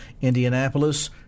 Indianapolis